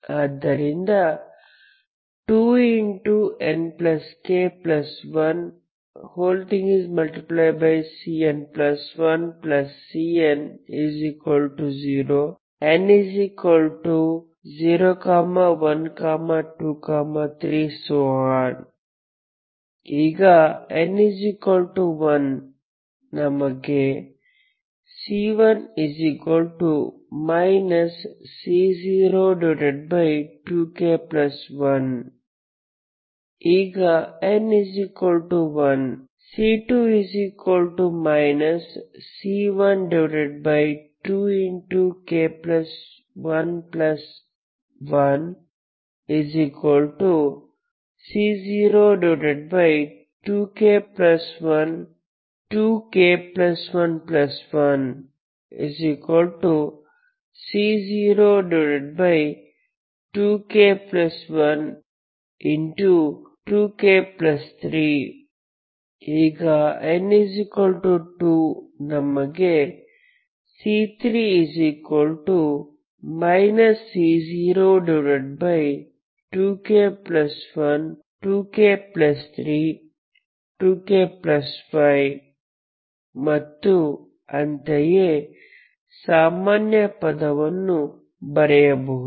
ಆದ್ದರಿಂದ 2nk1Cn1Cn0n0 1 2 3 ಈಗ n1 ನಮಗೆ C1 C02k1 ಈಗ n1 C2 C12k11 C02k12k11C02k12k3 ಈಗ n2 ನಮಗೆ C3 C02k12k32k5 ಮತ್ತು ಅಂತೆಯೇ ಸಾಮಾನ್ಯ ಪದವನ್ನು ಬರೆಯಬಹುದು